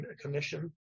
commission